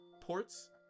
ports